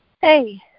hey